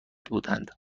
بودند